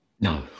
No